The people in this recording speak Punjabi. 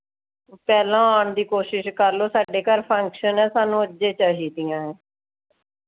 ਪਹਿਲਾਂ ਆਉਣ ਦੀ ਕੋਸ਼ਿਸ਼ ਕਰ ਲਉ ਸਾਡੇ ਘਰ ਫੰਕਸ਼ਨ ਹੈ ਸਾਨੂੰ ਅੱਜ ਹੀ ਚਾਹੀਦੀਆਂ